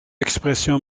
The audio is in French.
expression